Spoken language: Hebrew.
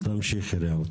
תמשיכי, רעות.